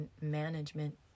management